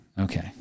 Okay